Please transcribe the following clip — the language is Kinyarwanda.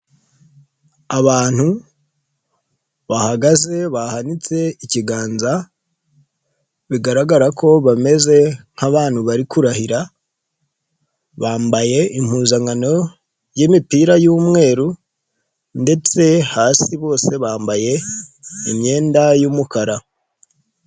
Abantu bahagaze bahanitse ikiganza bigaragara ko bameze nk'abantu bari kurahira bambaye impuzankano y'imipira y'umweru ndetse hasi bose bambaye imyenda y'umukara.